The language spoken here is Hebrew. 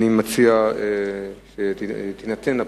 אני מציע שיינתנו לפרוטוקול.